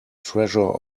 treasure